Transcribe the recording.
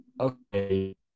okay